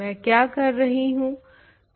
मैं क्या कर रही हूँ